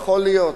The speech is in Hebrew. יכול להיות,